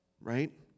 right